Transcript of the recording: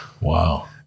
Wow